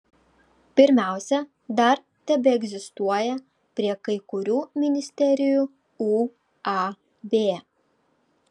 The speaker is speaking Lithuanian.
pirmiausia dar tebeegzistuoja prie kai kurių ministerijų uab